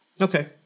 Okay